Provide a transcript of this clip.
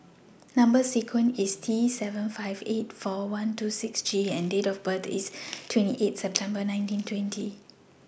Number sequence IS T seven five eight four one two six G and Date of birth IS twenty eight September nineteen twenty